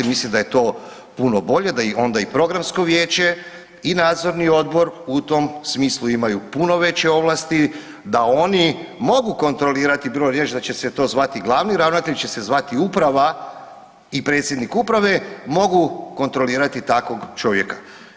Mislim da je to puno bolje, da onda i programsko vijeće i nadzorni odbor u tom smislu imaju puno veće ovlasti, da oni mogu kontrolirati, bilo reći da će se to zvati glavni ravnatelj će se zvati uprava i predsjednik uprave mogu kontrolirati takvog čovjeka.